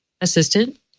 Assistant